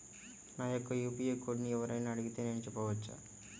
నా యొక్క యూ.పీ.ఐ కోడ్ని ఎవరు అయినా అడిగితే నేను చెప్పవచ్చా?